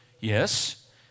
yes